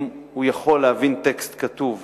אם הוא יכול להבין טקסט כתוב